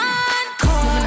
encore